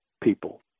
people